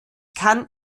kann